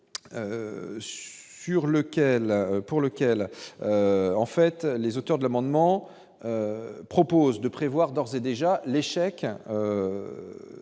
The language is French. pour lequel. En fait, les auteurs de l'amendement propose de prévoir d'ores et déjà l'échec